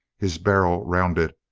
his barrel rounded,